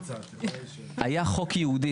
היה חוק ייעודי